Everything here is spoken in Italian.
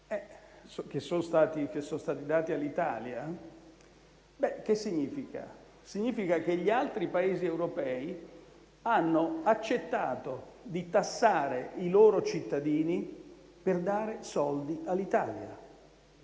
che sono stati dati all'Italia, il che significa che gli altri Paesi europei hanno accettato di tassare i loro cittadini per dare soldi all'Italia.